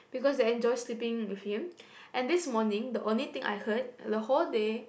because they enjoy sleeping with him and this morning the only thing I heard the whole day